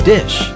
Dish